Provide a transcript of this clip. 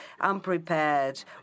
unprepared